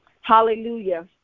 Hallelujah